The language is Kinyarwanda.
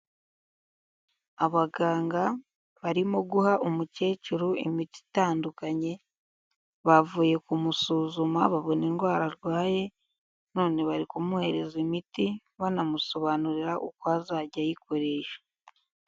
Abaganga barimo guha umukecuru imiti itandukanye, bavuye kumusuzuma babona indwara arwaye, none bari kumuhereza imiti banamusobanurira uko azajya ayikoresha.